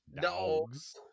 Dogs